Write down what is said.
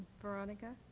veronica?